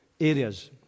areas